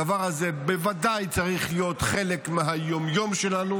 הדבר הזה בוודאי צריך להיות חלק מהיום-יום שלנו.